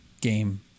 game